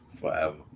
Forever